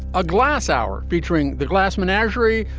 a glass hour featuring the glass menagerie.